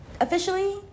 officially